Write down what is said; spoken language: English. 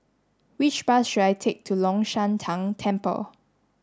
which bus should I take to Long Shan Tang Temple